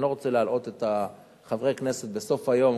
אני לא רוצה להלאות את חברי הכנסת בסוף היום,